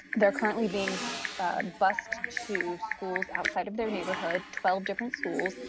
they're currently being bused to schools outside of their neighborhood, twelve different schools,